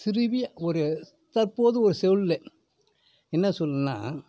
சிறிய ஒரு தற்போது ஒரு சொல்லு என்ன சொல்லுன்னால்